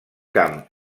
camp